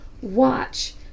watch